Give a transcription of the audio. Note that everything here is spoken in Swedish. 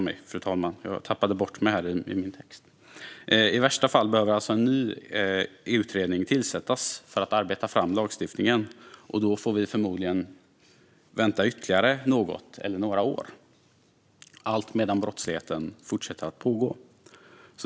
I värsta fall behöver alltså en ny utredning tillsättas för att arbeta fram lagstiftningen, och då får vi förmodligen vänta ytterligare något eller några år, alltmedan brottsligheten fortgår.